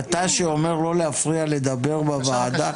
אתה שאומר לא להפריע לדבר בוועדה?